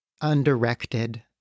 undirected